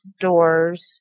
doors